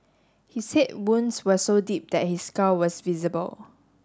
he said wounds were so deep that his skull was visible